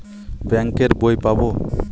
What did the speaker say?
Bank এর বই পাবো?